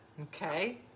Okay